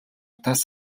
тас